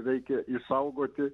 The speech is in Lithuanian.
reikia išsaugoti